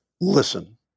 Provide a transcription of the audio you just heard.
Listen